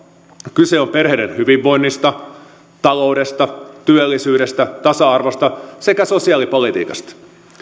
kyse on perheiden hyvinvoinnista taloudesta työllisyydestä tasa arvosta sekä sosiaalipolitiikasta